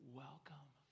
welcome